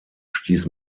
stieß